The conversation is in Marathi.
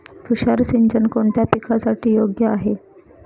तुषार सिंचन कोणत्या पिकासाठी योग्य आहे?